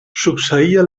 succeïa